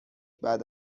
بعد